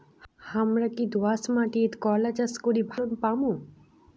হামরা কি দোয়াস মাতিট করলা চাষ করি ভালো ফলন পামু?